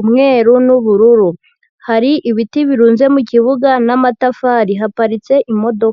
umweru n'ubururu, hari ibiti birunze mu kibuga n'amatafari, haparitse imodoka.